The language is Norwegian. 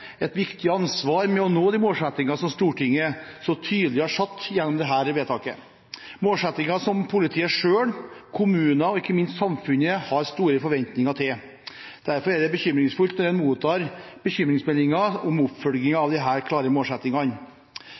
målsettinger som politiet selv, kommunene og ikke minst samfunnet har store forventninger til. Derfor er det bekymringsfullt når en mottar bekymringsmeldinger om oppfølgingen av disse klare målsettingene.